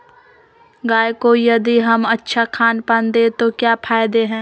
गाय को यदि हम अच्छा खानपान दें तो क्या फायदे हैं?